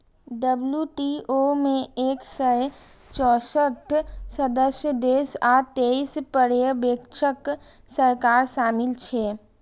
WTO मे एक सय चौंसठ सदस्य देश आ तेइस पर्यवेक्षक सरकार शामिल छै